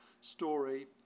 story